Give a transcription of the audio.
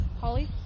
Holly